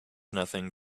nothing